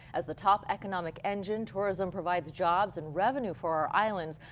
as the top economic engine tourism provides jobs and revenue for our island.